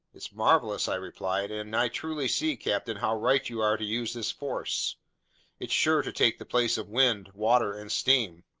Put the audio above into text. it's marvelous, i replied, and i truly see, captain, how right you are to use this force it's sure to take the place of wind, water, and steam.